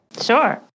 Sure